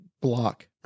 block